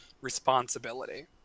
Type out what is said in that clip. responsibility